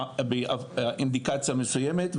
באינדיקציה מסוימת,